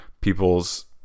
people's